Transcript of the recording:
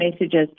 messages